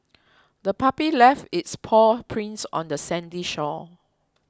the puppy left its paw prints on the sandy shore